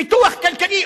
פיתוח כלכלי.